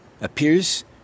appears